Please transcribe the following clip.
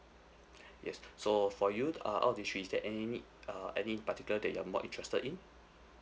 yes so for you err out of these three is there any uh any particular that you are more interested in